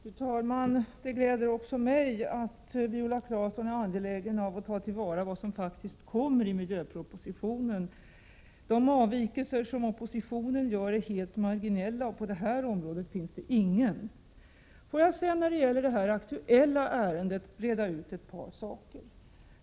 Fru talman! Det gläder också mig att Viola Claesson är angelägen om att ta till vara vad som faktiskt kommer i miljöpropositionen. De avvikelser som oppositionen gör är helt marginella, och på det här området finns det ingen avvikelse. Låt mig sedan när det gäller det aktuella ärendet reda ut ett par saker.